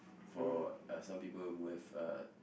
for uh some people who have uh